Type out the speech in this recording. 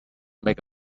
make